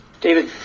David